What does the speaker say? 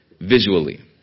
visually